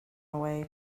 away